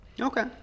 Okay